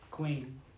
Queen